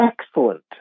excellent